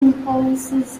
impulses